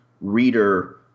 reader